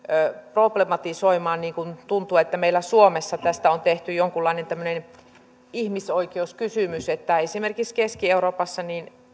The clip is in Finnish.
problematisoimaan niin kuin tuntuu että meillä suomessa tästä on tehty jonkunlainen tämmöinen ihmisoikeuskysymys esimerkiksi keski euroopassa